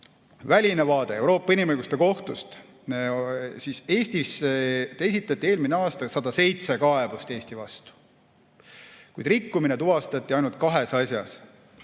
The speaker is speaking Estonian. väline vaade Euroopa Inimõiguste Kohtust. Eestist esitati eelmisel aastal 107 kaebust Eesti vastu, kuid rikkumine tuvastati ainult kahes asjas.